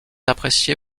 apprécié